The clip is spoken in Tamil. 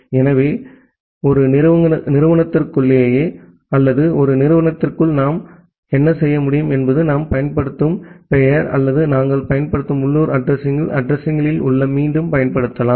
எனவே ஒரு நிறுவனத்திற்குள்ளேயே அல்லது ஒரு நிறுவனத்திற்குள் நாம் என்ன செய்ய முடியும் என்பது நாம் பயன்படுத்தும் பெயர் அல்லது நாங்கள் பயன்படுத்தும் உள்ளூர் அட்ரஸிங்கள் அட்ரஸிங்கள் மீண்டும் பயன்படுத்தப்படலாம்